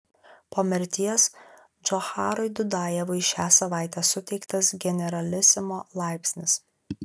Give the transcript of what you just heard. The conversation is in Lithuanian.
po mirties džocharui dudajevui šią savaitę suteiktas generalisimo laipsnis